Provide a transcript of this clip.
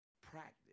practice